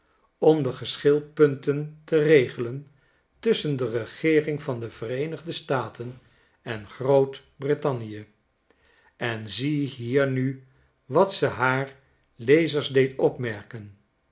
de geschilpunten teregelen tusschen de regeering van de vereenigde staten en groot-brittannie en ziehier nu wat ze haar lezers deed opmerken